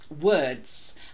words